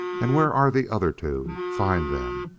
and where are the other two? find them!